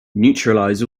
neutralize